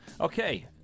Okay